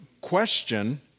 question